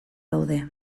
daude